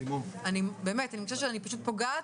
אני באמת אני מרגישה שאני פשוט פוגעת